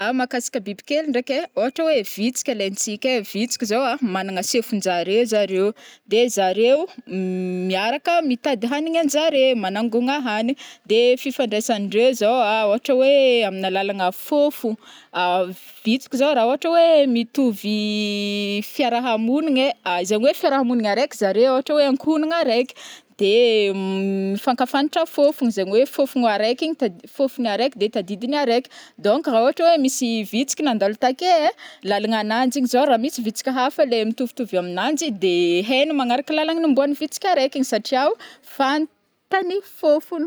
mahakasika bibikely ndraiky ai, ôhatra oe vitsika alaintsika ai vitsika zao managna chef-njare zareo de zareo miaraka mitady hanignanjare manangona hanigny, de fifandraisandreo zao a ôhatra hoe amin'ny alalagna fofo vitsika zao raha ôhatra hoe mitovy fiarahamonigny zany hoe fiarahamoniny araiky zare ohatra hoe ankohonana araiky de mifankafantatra fofony zegny hoe fofogny araiky- fofogny araiky de tadidiny araiky donc raha ohatra hoe misy vitsiky nandalo take, lalangnanjy igny zao raha nisy vitsika hafa le nitovitovy aminanjy de hainy manaraka lalana nomboagny vitsika araiky satriao fan tany fofony.